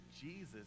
Jesus